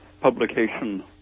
publication